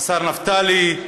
השר נפתלי,